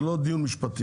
זה לא דיון משפטי.